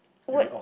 would